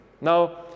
Now